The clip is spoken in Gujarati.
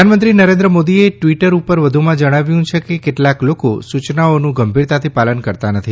પ્રધાનમંત્રી નરેન્દ્ર મોદીએ ટ્વીટર ઉપર વધુમાં જણાવ્યું છે કે કેટલાંક લોકો સૂચનાઓનું ગંભીરતાથી પાલન કરતાં નથી